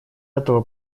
этого